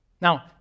Now